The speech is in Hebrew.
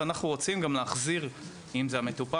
ואנחנו גם רוצים להחזיר אם זה המטופל,